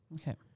Okay